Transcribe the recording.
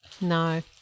No